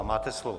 Máte slovo.